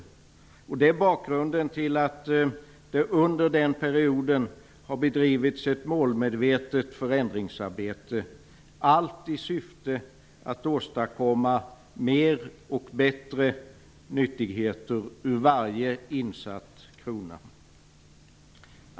Detta är också bakgrunden till att det under denna period har bedrivits ett målmedvetet förändringsarbete, allt i syfte att åstadkomma fler och bättre nyttigheter ur varje insatt krona.